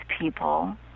people